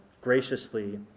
graciously